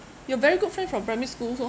your very good friend from primary school also